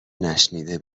نشنیده